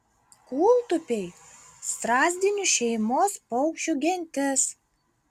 kūltupiai strazdinių šeimos paukščių gentis